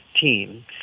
team